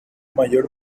mayor